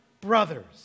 brothers